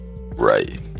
Right